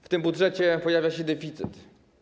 W tym budżecie pojawia się deficyt.